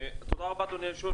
תודה רבה, אדוני היושב-ראש.